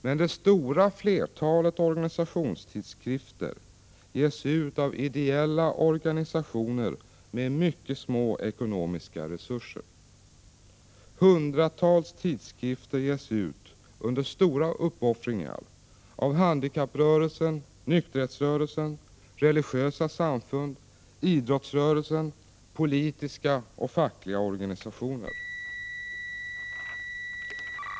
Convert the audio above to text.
Men det stora flertalet organisationstidskrifter ges ut av ideella organisationer med mycket små ekonomiska resurser. Hundratals tidskrifter ges ut under stora uppoffringar — av handikapprörelsen, nykterhetsrörelsen, religösa samfund, idrottsrörelsen, politiska och fackliga organisationer.